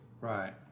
Right